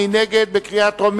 מי נגד?